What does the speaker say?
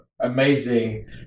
amazing